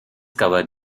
covered